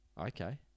Okay